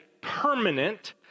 permanent